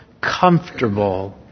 comfortable